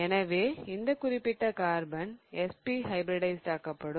எனவே இந்த குறிப்பிட்ட கார்பன் sp ஹைபிரிடைஸிடாக்கப்படும்